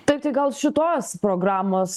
taip tai gal šitos programos